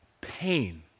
pain